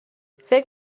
فکر